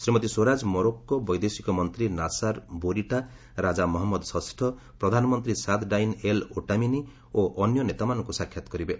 Shrimati Swaraj Morocco ବୈଦେଶିକ ମନ୍ତ୍ରୀ Nasser Bourita ରାଜା ମହମ୍ମଦ ଷଷ୍ଠ ପ୍ରଧାନମନ୍ତ୍ରୀ ସାଦ୍ ଡାଇନ୍ ଏଲ୍ ଓଟାମନି ଓ ଅନ୍ୟ ନେତାମାନଙ୍କୁ ସାକ୍ଷାତ କରିବେ